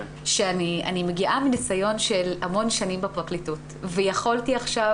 שאני מגיעה מניסיון של המון שנים בפרקליטות ויכולתי עכשיו